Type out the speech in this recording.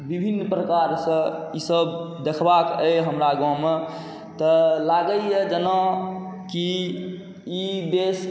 विभिन्न प्रकारसँ ईसब देखबाके अइ हमरा गाममे तऽ लागैए जेना कि ई बेस